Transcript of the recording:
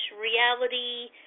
reality